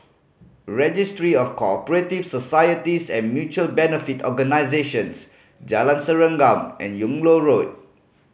Registry of Co Operative Societies and Mutual Benefit Organisations Jalan Serengam and Yung Loh Road